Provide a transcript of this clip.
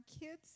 kids